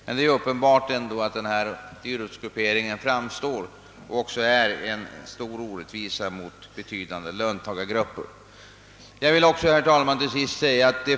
Men det är ändå uppenbart att denna dyrortsgruppering för betydande löntagargrupper framstår som en orättvisa.